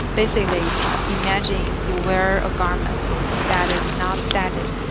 basically imagine you wear a garment that is not static,